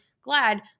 glad